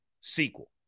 sequel